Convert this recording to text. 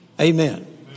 Amen